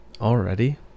Already